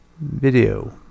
Video